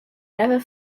never